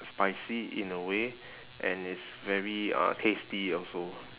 spicy in a way and it's very uh tasty also